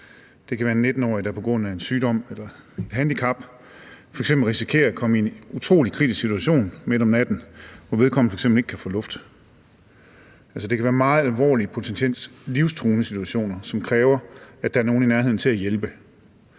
Det kan være en 19-årig, der på grund af en sygdom eller et handicap f.eks. risikerer at komme i en utrolig kritisk situation midt om natten, hvor vedkommende f.eks. ikke kan få luft. Det kan være en meget alvorlig og potentielt livstruende situation, som kræver, at der er nogen i nærheden til at hjælpe.